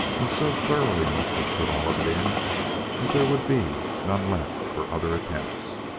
and so thoroughly must he put all of it in that there would be none left for other attempts.